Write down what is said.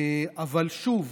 אבל שוב,